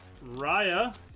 Raya